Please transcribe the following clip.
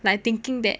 来 thinking that